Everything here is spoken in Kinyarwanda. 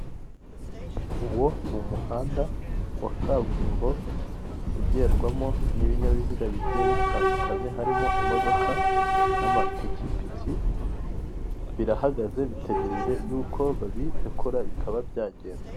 Uwo ni umuhanda wa kaburimbo ugendwamo n'ibinyabiziga bigiye bitandukanye harimo imodoka n'amapikipiki, birahagaze bitegereje y'uko babirekura bikaba byagenda.